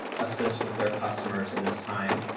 assist with their customers and this time.